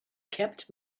kept